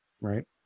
right